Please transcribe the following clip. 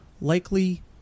likely